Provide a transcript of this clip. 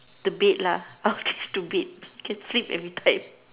the bed lah I'll choose the bed can sleep everytime